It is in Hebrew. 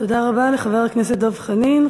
תודה רבה לחבר הכנסת דב חנין.